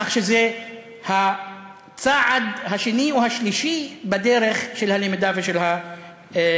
כך שזה הצעד השני או השלישי בדרך של הלמידה ושל החינוך.